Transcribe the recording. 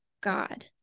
God